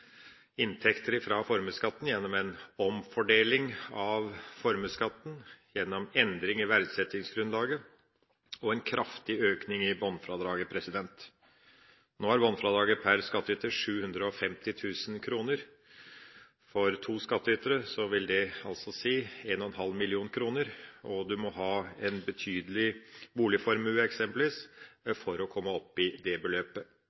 inntekter fra formuesskatten gjennom en omfordeling av formuesskatten, gjennom endring i verdsettingsgrunnlaget og en kraftig økning i bunnfradraget. Nå er bunnfradraget per skattyter 750 000 kr. For to skattytere vil det si 1,5 mill. kr. En må eksempelvis ha en betydelig boligformue for å komme opp i et sånt beløp. Det